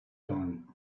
down